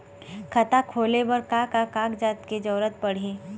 खाता खोले बर का का कागजात के जरूरत पड़ही?